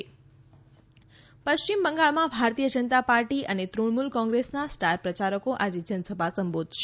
પશ્ચિમ બંગાળ પ્રચાર પશ્ચિમ બંગાળમાં ભારતીય જનતા પાર્ટી અને તૃણમૂલ કોંગ્રેસના સ્ટાર પ્રચારકો આજે જનસભા સંબોધશે